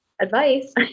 advice